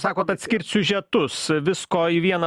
sakot atskirt siužetus visko į vieną